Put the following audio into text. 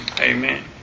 Amen